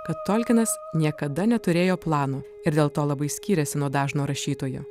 kad tolkinas niekada neturėjo plano ir dėl to labai skyrėsi nuo dažno rašytojo